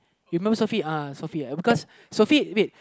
you remember SophieuhSophie because Sophie wait